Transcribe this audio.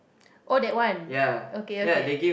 oh that one okay okay